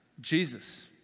Jesus